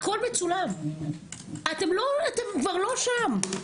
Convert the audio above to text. הכול מצולם, אתם כבר לא שם.